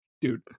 dude